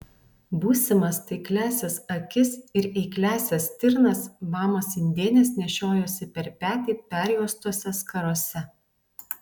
būsimas taikliąsias akis ir eikliąsias stirnas mamos indėnės nešiojosi per petį perjuostose skarose